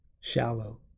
shallow